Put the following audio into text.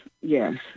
yes